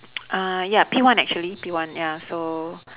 uh ya P one actually P one ya so